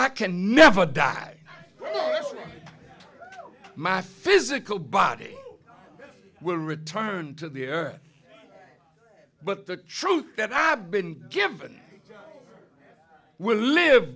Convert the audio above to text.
i can never die my physical body will return to the earth but the truth that i have been given will live